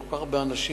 וכל כך הרבה אנשים,